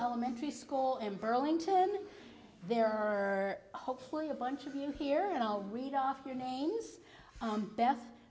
elementary school in burlington there are hopefully a bunch of you here and i'll read off your names on be